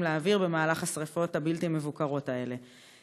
לאוויר בשרפות הבלתי-מבוקרות האלה.